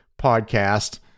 podcast